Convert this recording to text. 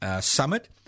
Summit